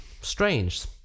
strange